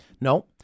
No